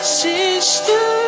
sister